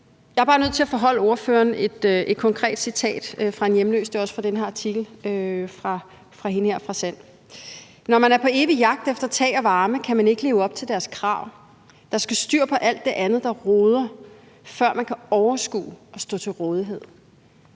Jeg er bare nødt til at foreholde ordføreren et konkret citat fra en hjemløs, og det er også fra den her artikel i SAND: »Når man er på evig jagt efter tag og varme kan man ikke leve op til deres krav. Der skal styr på alt det andet der roder, før man kan overskue at stå til rådighed.«